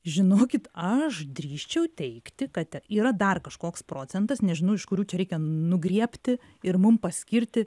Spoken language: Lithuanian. žinokit aš drįsčiau teigti kad yra dar kažkoks procentas nežinau iš kurių čia reikia nugriebti ir mum paskirti